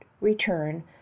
return